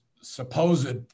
supposed